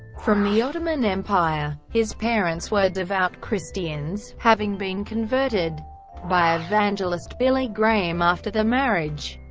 from the ottoman empire. his parents were devout christians, having been converted by evangelist billy graham after their marriage.